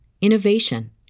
innovation